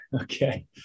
Okay